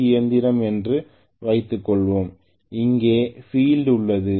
C இயந்திரம் என்று வைத்துக்கொள்வோம் இங்கே பீல்டு உள்ளது